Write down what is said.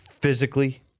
physically